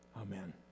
Amen